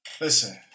Listen